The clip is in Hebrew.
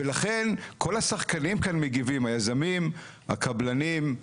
ולכן, כל השחקנים כאן מגיבים, היזמים, הקבלנים,